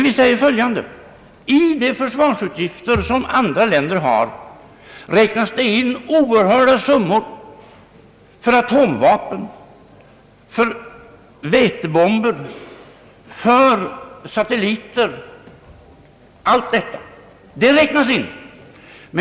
I de försvarsutgifter som vissa andra länder har räknas in oerhörda summor för atomvapen, vätebomber och även satelliter.